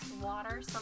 water